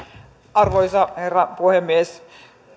arvoisa herra puhemies